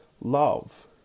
love